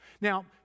Now